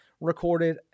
recorded